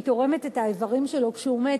שהיא תורמת את האיברים שלו כשהוא מת,